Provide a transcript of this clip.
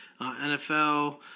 NFL